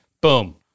boom